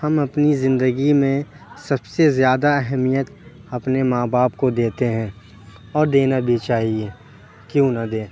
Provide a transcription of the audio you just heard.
ہم اپنی زندگی میں سب سے زیادہ اہمیت اپنے ماں باپ کو دیتے ہیں اور دینا بھی چاہیے کیوں نہ دیں